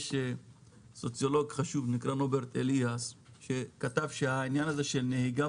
יש סוציולוג שקוראים לו רוברט אליאס שכתב שהעניין של נהיגה